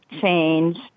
change